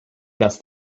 dass